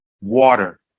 water